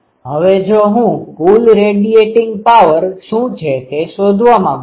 હવે જો હું કુલ રેડીયેટીંગ પાવર શુ છે તે શોધવા માંગું છું